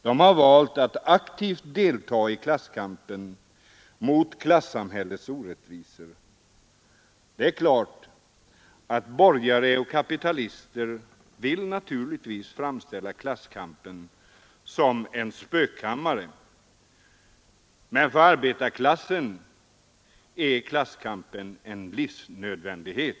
De har valt att aktivt delta i klasskampen mot klassamhällets orättvisor. Borgare och kapitalister vill naturligtvis framställa klasskampen som en spökkammare. För arbetarklassen är den en livsnödvändighet.